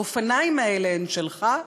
האופניים האלה הם שלך?